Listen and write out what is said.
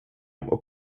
och